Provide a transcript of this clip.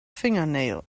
fingernail